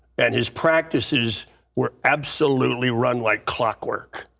and his practices were absolutely run like clock work,